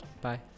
Bye